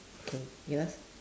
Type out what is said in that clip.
K yours